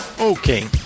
Okay